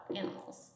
animals